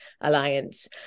alliance